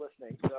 listening